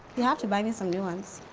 you'll have to buy me some new ones.